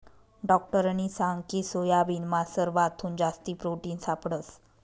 डाक्टरनी सांगकी सोयाबीनमा सरवाथून जास्ती प्रोटिन सापडंस